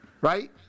Right